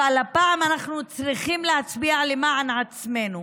הפעם אנחנו צריכים להצביע למען עצמנו.